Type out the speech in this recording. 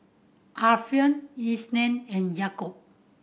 Alfian Isnin and Yaakob